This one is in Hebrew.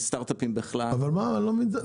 סטארטאפים בכלל --- אבל אני לא מבין,